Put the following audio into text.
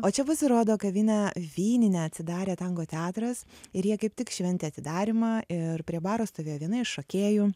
o čia pasirodo kavinė vyninė atsidarė tango teatras ir jie kaip tik šventė atidarymą ir prie baro stovėjo viena iš šokėjų